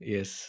Yes